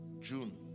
June